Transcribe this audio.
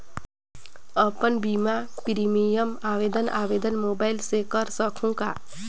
अपन बीमा प्रीमियम आवेदन आवेदन मोबाइल से कर सकहुं का?